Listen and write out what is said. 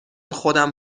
خودم